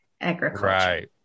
agriculture